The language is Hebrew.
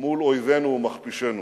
מול אויבינו ומכפישינו,